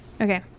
Okay